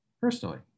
personally